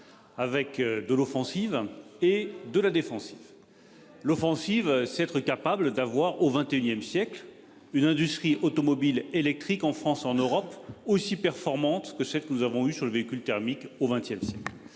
Avec de l'offensive et de la défensive. L'offensive s'être capable d'avoir au XXIe siècle, une industrie automobile électrique en France, en Europe aussi performante que celle que nous avons eu sur le véhicule thermique au XXe.